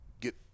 get